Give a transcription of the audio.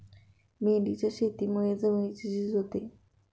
मेंढीच्या शेतीमुळे जमिनीची झीज होते